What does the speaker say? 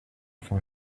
for